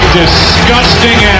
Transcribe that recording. disgusting